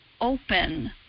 open